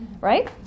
right